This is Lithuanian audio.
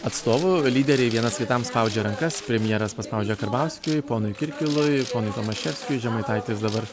atstovų lyderiai vienas kitam spaudžia rankas premjeras paspaudžia karbauskiui ponui kirkilui ponui tomaševskiui žemaitaitis dabar